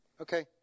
Okay